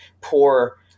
poor